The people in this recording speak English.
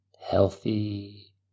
healthy